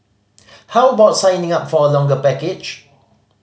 how about signing up for a longer package